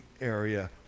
area